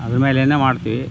ಅದ್ರ ಮೇಲೆಯೇ ಮಾಡ್ತೀವಿ